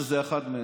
שזה אחד מעשר,